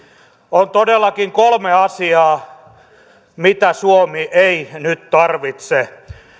on todellakin kolme asiaa mitä suomi ei nyt tarvitse